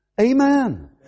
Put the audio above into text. Amen